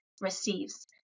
receives